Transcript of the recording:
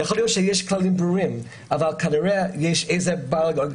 יכול להיות כללים ברורים אבל כנראה יש איזשהו באג.